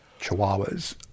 chihuahuas